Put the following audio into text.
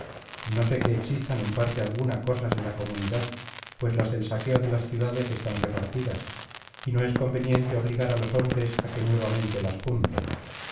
no sé que existan en parte alguna cosas de la comunidad pues las del saqueo de las ciudades están repartidas y no es conveniente obligar á los hombres á que nuevamente las junten